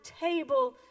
table